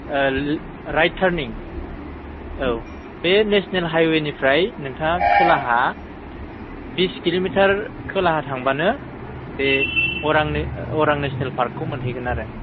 right turning औ बे national हाइवेनिफ्राय नोंथाङा खोलाहा बिस किल'मिटार खोलाहा थांबानो बे अरांनि अरां नेसनेल पार्कखौ मोनहैगोन आरो